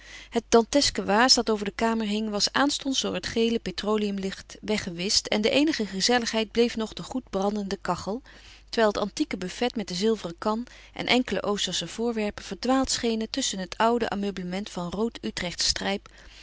het dantesque waas dat over de kamer hing was aanstonds door het gele petroleumlicht weggewischt en de eenige gezelligheid bleef nog de goed brandende kachel terwijl het antieke buffet met de zilveren kan en enkele oostersche voorwepen verdwaald schenen tusschen het oude ameublement van rood utrechtsch